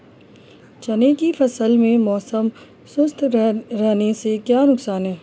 चने की फसल में मौसम शुष्क रहने से क्या नुकसान है?